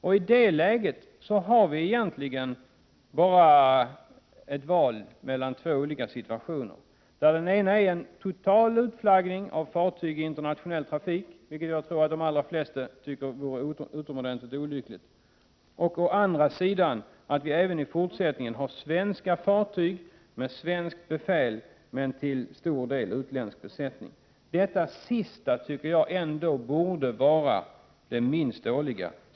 I det läget har vi bara att välja mellan två olika situationer —å ena sidan en total utflaggning av fartyg i internationell trafik, vilket jag tror att de allra flesta tycker vore utomordentligt olyckligt, å andra sidan att vi även i fortsättningen har svenska fartyg med svenskt befäl men till stor del utländsk besättning. Detta senaste borde vara det minst dåliga.